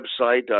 website